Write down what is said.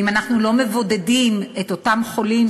ואם אנחנו לא מבודדים את אותם חולים